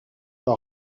par